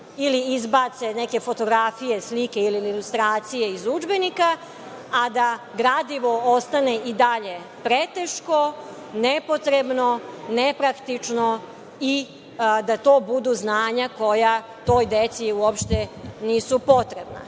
ili izbace neke fotografije ili slike ili ilustracije iz udžbenika, a da gradivo ostane i dalje preteško, nepotrebno, nepraktično i da to budu znanja koja toj deci uopšte nisu potrebna. Zbog